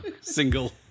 Single